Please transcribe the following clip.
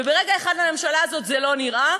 וברגע אחד לממשלה הזו זה לא נראה,